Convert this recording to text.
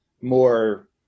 more